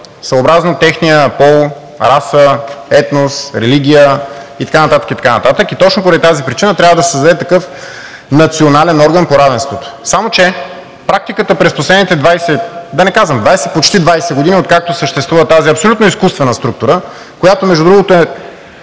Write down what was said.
съобразно техния пол, раса, етнос, религия и така нататък, и така нататък и точно поради тази причина трябва да се създаде такъв национален орган по равенството. Само че практиката през последните 20 – да не казвам 20, почти 20 години, откакто съществува тази абсолютно изкуствена структура, която, между другото, е